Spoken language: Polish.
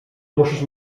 musisz